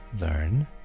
Learn